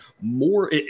more